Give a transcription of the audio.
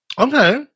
Okay